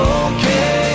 okay